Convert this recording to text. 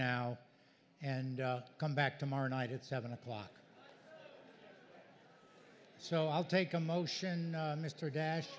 now and come back tomorrow night at seven o'clock so i'll take a motion mr dash